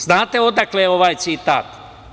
Znate li odakle je ovaj citat?